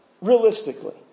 realistically